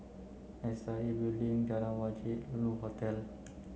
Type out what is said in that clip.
S I A Building Jalan Wajek Lulu Hotel